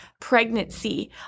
pregnancy